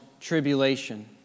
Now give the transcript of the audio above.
tribulation